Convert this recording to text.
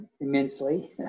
immensely